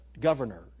governor